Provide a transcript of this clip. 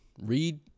read